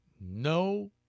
No